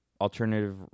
alternative